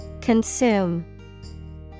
Consume